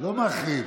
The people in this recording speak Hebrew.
לא מאחרים.